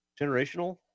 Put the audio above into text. generational